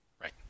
right